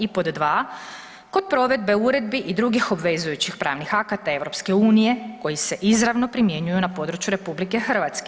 I pod dva, kod provedbe uredbi i drugih obvezujućih pravnih akata EU koji se izravno primjenjuju na području RH.